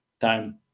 time